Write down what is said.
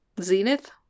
Zenith